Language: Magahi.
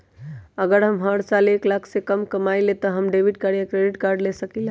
अगर हम हर साल एक लाख से कम कमावईले त का हम डेबिट कार्ड या क्रेडिट कार्ड ले सकीला?